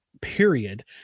Period